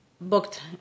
booked